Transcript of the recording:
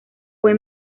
fue